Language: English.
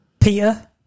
Peter